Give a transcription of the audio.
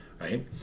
right